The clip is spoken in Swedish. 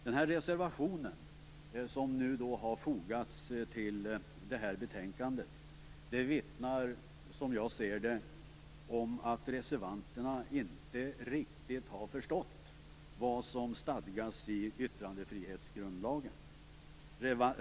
Den reservation som har fogats till betänkandet vittnar, som jag ser det, om att reservanterna inte riktigt har förstått vad som stadgas i yttrandefrihetsgrundlagen.